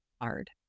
hard